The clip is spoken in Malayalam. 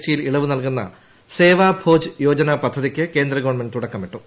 ടി യിൽ ഇളവു നൽകുന്ന സേവാഭോജ് യോജന പദ്ധതിക്ക് കേന്ദ്ര ഗവൺമെന്റ് തുടക്കമിട്ടു